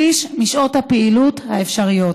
שליש משעות הפעילות האפשרויות.